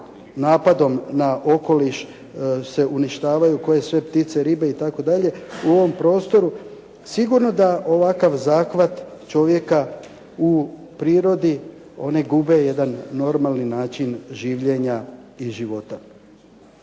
napadom na okoliš se uništavaju koje sve ribe i ptice itd. u ovom prostoru, sigurno da ovakav zahvat čovjeka u prirodi one gube jedan normalni način življenja i života.